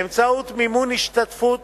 באמצעות מימון השתתפות